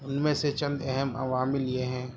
ان میں سے چند اہم عوامل یہ ہیں